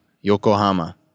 Yokohama